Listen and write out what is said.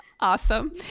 Awesome